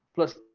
plus,